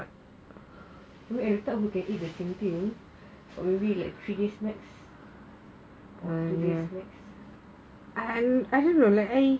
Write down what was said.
I mean I doubt we can eat the same thing only like two days max or three days max